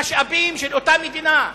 מדינת